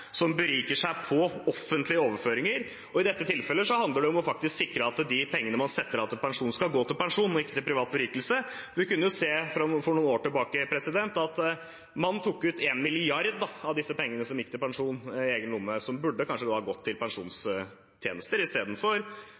som beriker seg på offentlige overføringer. I dette tilfellet handler det om faktisk å sikre at de pengene man setter av til pensjon, skal gå til pensjon og ikke til privat berikelse. For noen år tilbake kunne vi se at man puttet 1 mrd. kr av pengene i egen lomme – penger som kanskje burde gått til pensjonstjenester i stedet for til berikelse for kommersielle eiere. Mitt spørsmål tilbake til